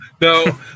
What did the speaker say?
no